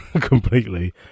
completely